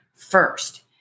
First